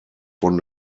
von